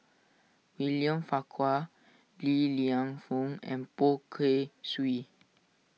William Farquhar Li Lienfung and Poh Kay Swee